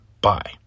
Bye